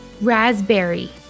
Raspberry